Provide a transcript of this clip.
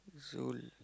so